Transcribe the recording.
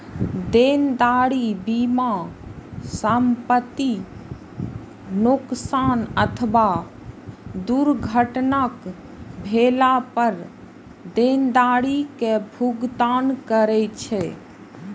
देनदारी बीमा संपतिक नोकसान अथवा दुर्घटनाग्रस्त भेला पर देनदारी के भुगतान करै छै